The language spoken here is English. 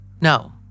No